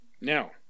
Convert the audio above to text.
Now